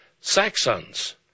Saxons